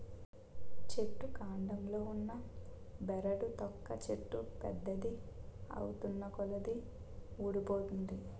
చెట్టు కాండంలో ఉన్న బెరడు తొక్క చెట్టు పెద్దది ఐతున్నకొలది వూడిపోతుంది